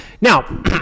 Now